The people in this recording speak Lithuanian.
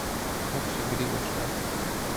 koks čia grybas šneka